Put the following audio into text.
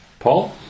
Paul